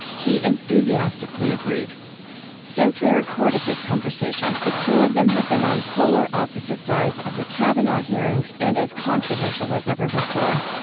he enthusiastically agreed since we recorded this conversation, the two of them have been on polar opposite sides of the kavanaugh hearings and as controversial as ever before.